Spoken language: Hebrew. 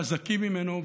חזקים ממנו,